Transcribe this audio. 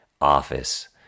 office